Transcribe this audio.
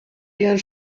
ihren